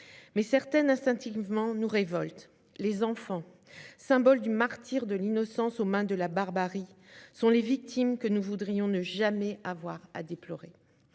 nous révoltent instinctivement encore plus : les enfants, symboles du martyr de l'innocence aux mains de la barbarie, sont les victimes que nous voudrions ne jamais avoir à déplorer.